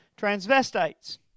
transvestites